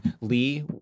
Lee